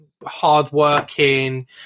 hardworking